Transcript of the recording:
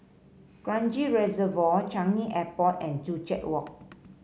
Kranji Reservoir Changi Airport and Joo Chiat Walk